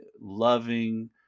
loving